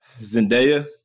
Zendaya